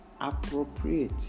appropriate